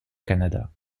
canada